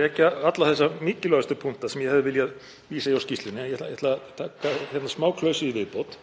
rekja alla þessa mikilvægustu punkta sem ég hefði viljað vísa í úr skýrslunni en ég ætla að taka hérna smáklausu í viðbót.